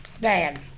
Dad